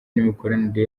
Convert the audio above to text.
n’imikoranire